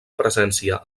presència